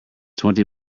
twenty